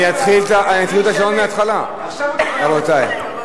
אני אתחיל את השעון מהתחלה, רבותי.